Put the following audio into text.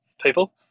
people